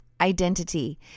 identity